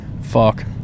fuck